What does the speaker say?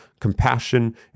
compassion